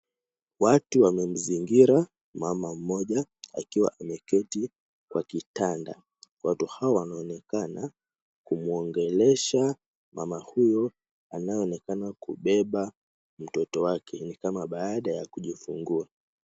Watu wamemzingira mama mmoja akiwa ameketi kwa kitanda. Watu hawa wanaonekana kumwongelesha mama huyu anayeonekana kubeba mtoto wake, ni kama baada ya kujifungua.